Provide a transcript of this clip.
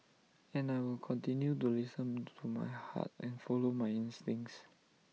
and I will continue to listen to my heart and follow my instincts